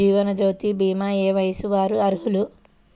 జీవనజ్యోతి భీమా ఏ వయస్సు వారు అర్హులు?